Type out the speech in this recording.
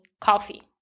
coffee